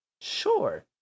Sure